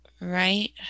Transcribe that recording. right